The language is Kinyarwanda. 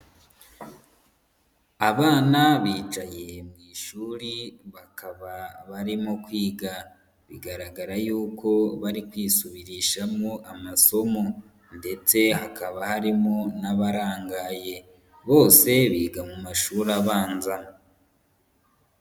Abana bicaye mu ishuri bakaba barimo kwiga, bigaragara yuko bari kwisubirishamo amasomo ndetse hakaba harimo n'abarangaye, bose biga mu mashuri abanza.